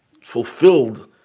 fulfilled